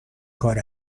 کار